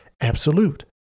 absolute